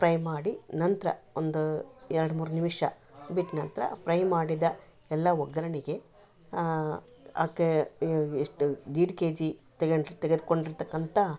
ಪ್ರೈ ಮಾಡಿ ನಂತರ ಒಂದು ಎರಡು ಮೂರು ನಿಮಿಷ ಬಿಟ್ಟು ನಂತರ ಫ್ರೈ ಮಾಡಿದ ಎಲ್ಲ ಒಗ್ಗರಣೆಗೆ ಆಕೇ ಎಷ್ಟು ದೀಡ್ ಕೆಜಿ ತೆಗೆದ್ಕೊಂಡಿರ್ತಕ್ಕಂಥ